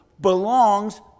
belongs